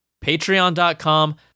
patreon.com